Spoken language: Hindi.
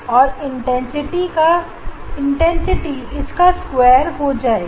और इंटेंसिटी स्क्वायर हो जाएगी